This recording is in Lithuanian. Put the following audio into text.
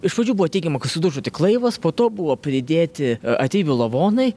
iš pradžių buvo teigiama kad sudužo tik laivas po to buvo pridėti ateivių lavonai